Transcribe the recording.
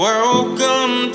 Welcome